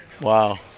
Wow